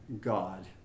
God